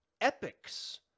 epics